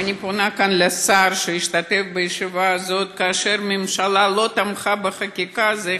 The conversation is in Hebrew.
ואני פונה כאן לשר שהשתתף בישיבה הזאת שבה הממשלה לא תמכה בחקיקה: זה